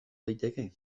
daiteke